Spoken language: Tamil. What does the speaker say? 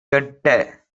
கெட்ட